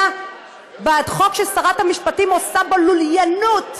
בעד חוק ששרת המשפטים עושה בו לוליינות,